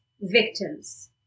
victims